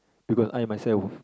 because I myself